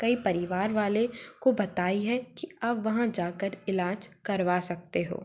कई परिवार वाले को बताई है कि आप वहाँ जाकर इलाज करवा सकते हो